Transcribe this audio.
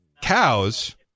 cows